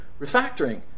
refactoring